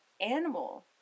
animal